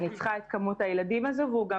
אני צריכה את כמות הילדים הזו והוא גם